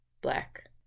black